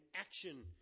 action